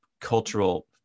cultural